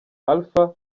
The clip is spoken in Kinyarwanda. alpha